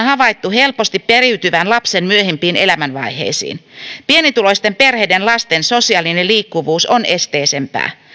havaittu helposti periytyvän lapsen myöhempiin elämänvaiheisiin pienituloisten perheiden lasten sosiaalinen liikkuvuus on esteisempää